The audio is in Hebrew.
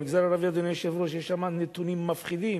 במגזר הערבי, אדוני היושב-ראש, יש נתונים מפחידים.